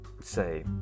say